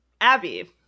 Abby